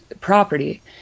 property